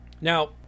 Now